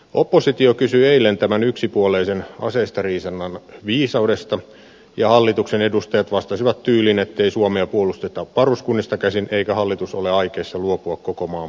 oppositio kysyi eilen tämän yksipuolisen aseistariisunnan viisaudesta ja hallituksen edustajat vastasivat tyyliin ettei suomea puolusteta varuskunnista käsin eikä hallitus ole aikeissa luopua koko maan puolustamisesta